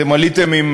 אתם עליתם עם,